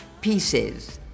pieces